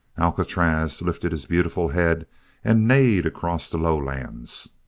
alcatraz lifted his beautiful head and neighed across the lowlands.